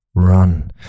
run